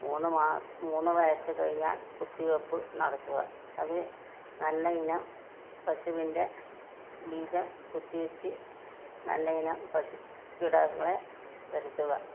മൂന്ന് മാസം മൂന്ന് വയസ്സ് കഴിഞ്ഞാൽ കുത്തി വയ്പ് നടത്തുക അത് നല്ലയിനം പശുവിന്റെ ബീജം കുത്തിവെച്ച് നല്ലയിനം പശുക്കിടാങ്ങളെ വരുത്തുക